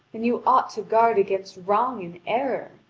and you ought to guard against wrong and error.